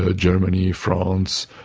ah germany, france,